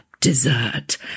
dessert